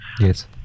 Yes